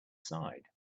side